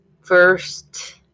first